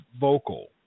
vocal